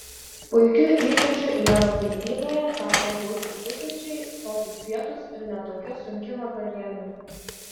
puikiu įpročiu ievos mityboje tapo gausūs pusryčiai sotūs pietūs ir ne tokia sunki vakarienė